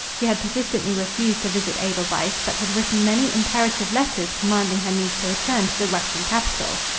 she had persistently refused to visit edelweiss, but had written many imperative letters commanding her niece to return to the russian capital.